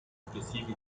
successivi